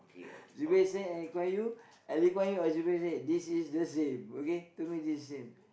Zubir Said and Lee Kuan Yew and Lee Kuan Yew or Zubir Said this is the same okay to me this is the same